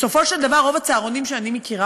בסופו של דבר רוב הצהרונים שאני מכירה